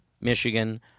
Michigan